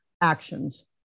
actions